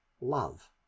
love